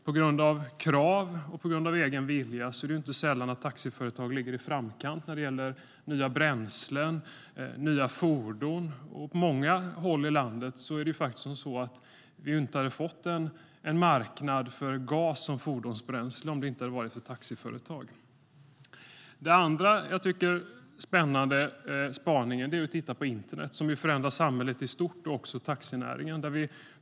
På grund av krav och egen vilja är det inte sällan som taxiföretag ligger i framkant när det gäller nya bränslen och nya fordon. På många håll i landet hade vi inte fått en marknad för gas som fordonsbränsle om det inte hade varit för taxiföretagen. Ett annat spännande område att spana på är internet, som förändrar samhället i stort och också taxinäringen.